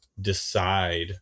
decide